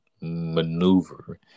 maneuver